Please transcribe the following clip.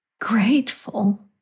grateful